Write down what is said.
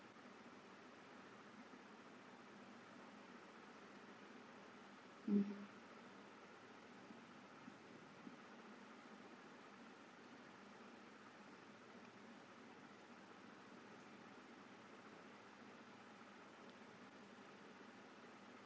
mmhmm